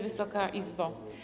Wysoka Izbo!